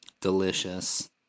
delicious